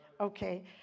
okay